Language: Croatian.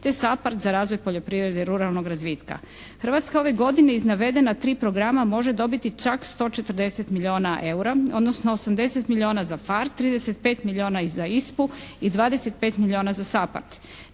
te SAPARD za razvoj poljoprivrede i ruralnog razvitka. Hrvatska ove godine iz navedena tri programa može dobiti čak 140 milijuna EUR-a odnosno 80 milijuna za PHARE, 35 milijuna za ISPA-u i 25 milijuna za SAPARD.